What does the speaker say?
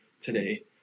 today